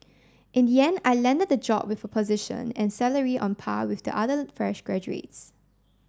in the end I landed the job and with a position and salary on par with the other fresh graduates